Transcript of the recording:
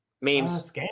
Memes